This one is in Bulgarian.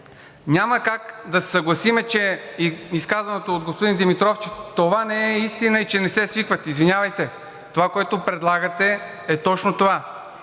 Няма как да се съгласим с изказаното от господин Димитров, че това не е истина и че не се свикват. Извинявайте, това, което предлагате, е точно това.